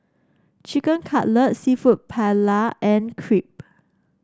Chicken Cutlet seafood Paella and Crepe